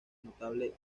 notable